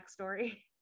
backstory